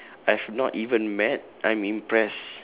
I've not even mad I'm impressed